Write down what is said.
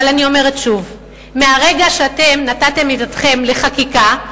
אבל אני אומרת שוב: מהרגע שנתתם מילתכם לחקיקה,